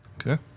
Okay